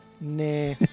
nah